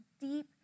deep